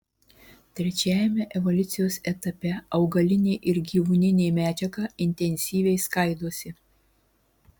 trečiajame evoliucijos etape augalinė ir gyvūninė medžiaga intensyviai skaidosi